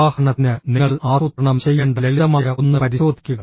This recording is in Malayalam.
ഉദാഹരണത്തിന് നിങ്ങൾ ആസൂത്രണം ചെയ്യേണ്ട ലളിതമായ ഒന്ന് പരിശോധിക്കുക